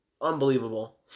Unbelievable